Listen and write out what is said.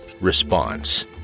Response